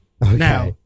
now